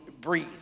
breathe